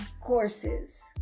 courses